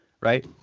right